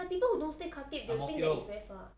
like people who don't stay khatib they will think it is very far